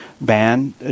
ban